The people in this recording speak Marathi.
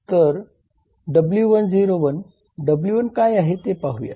तर W1 O1 W1 काय आहे ते पाहूया